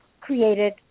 created